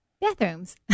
Bathrooms